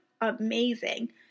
amazing